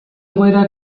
egoera